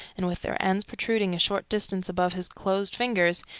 and with their ends protruding a short distance above his closed fingers,